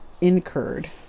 incurred